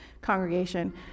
congregation